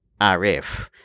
RF